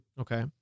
Okay